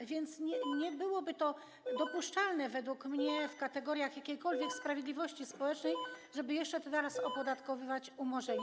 A więc nie byłoby to dopuszczalne według mnie w kategoriach jakiejkolwiek sprawiedliwości społecznej, żeby jeszcze teraz opodatkowywać umorzenia.